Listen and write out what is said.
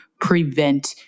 prevent